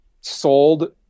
sold